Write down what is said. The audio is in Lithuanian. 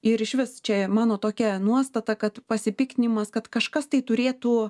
ir išvis čia mano tokia nuostata kad pasipiktinimas kad kažkas tai turėtų